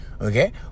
Okay